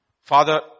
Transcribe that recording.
Father